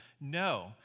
No